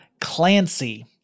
Clancy